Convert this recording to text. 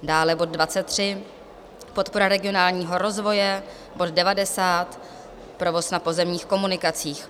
dále bod 23, podpora regionálního rozvoje; bod 90, provoz na pozemních komunikacích.